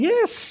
Yes